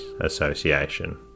Association